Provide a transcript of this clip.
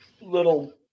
little